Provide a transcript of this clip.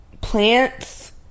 plants